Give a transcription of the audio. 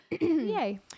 yay